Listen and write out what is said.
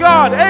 God